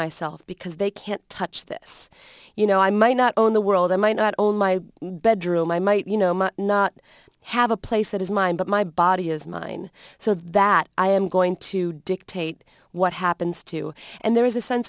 myself because they can't touch this you know i might not own the world i might not on my bedroom i might you know might not have a place that is mine but my body is mine so that i am going to dictate what happens to and there is a sense